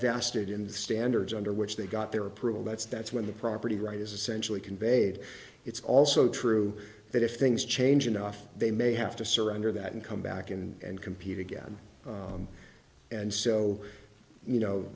in the standards under which they got their approval that's that's when the property right is essentially conveyed it's also true that if things change enough they may have to surrender that and come back and compete again and so you know